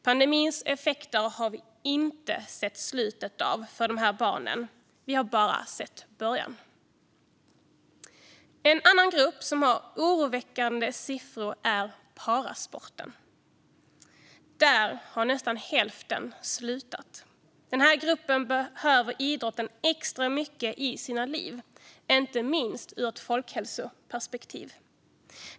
Pandemins effekter har vi inte sett slutet av för de här barnen - vi har bara sett början. En annan grupp som har oroväckande siffror är parasporten. Där har nästan hälften slutat. Den här gruppen behöver idrotten extra mycket i sina liv, inte minst ur ett folkhälsoperspektiv.